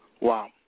Wow